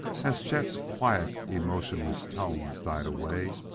as chet's quiet, emotionless tones died away,